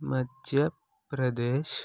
మధ్య ప్రదేశ్